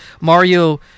Mario